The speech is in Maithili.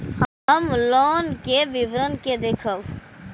हम लोन के विवरण के देखब?